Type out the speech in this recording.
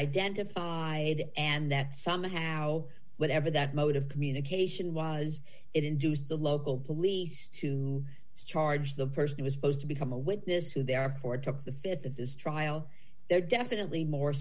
identified and that somehow whatever that mode of communication was it induced the local police to charge the person he was supposed to become a witness who therefore took the th if this trial they're definitely more